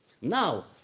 Now